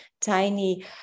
tiny